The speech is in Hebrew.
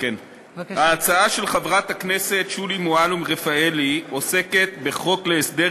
ההצעה של חברת הכנסת שולי מועלם-רפאלי עוסקת בחוק להסדר